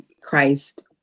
Christ